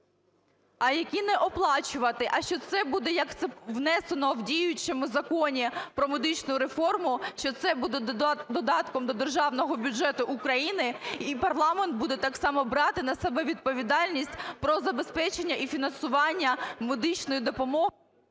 а які не оплачувати, а що це буде, як це внесено в діючому Законі про медичну реформу, що це буде додатком до Державного бюджету України, і парламент буде так само брати на себе відповідальність про забезпечення і фінансування медичної допомоги…